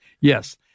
yes